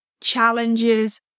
challenges